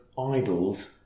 idols